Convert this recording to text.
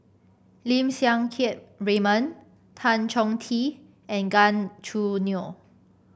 Lim Siang Keat Raymond Tan Chong Tee and Gan Choo Neo